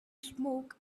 smoke